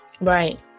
Right